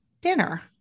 dinner